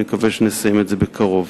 אני מקווה שנסיים את זה בקרוב.